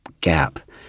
gap